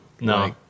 No